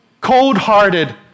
cold-hearted